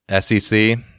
SEC